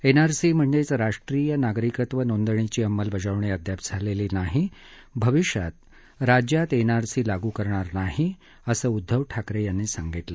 NRC म्हणजेच राष्ट्रीय नागरिकत्व नोंदणीची अंमलबजावणी अद्याप झालेली नाही भविष्यात राज्यात एनआरसी लागू करणार नाही असं उद्दव ठाकरे म्हणाले